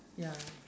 ya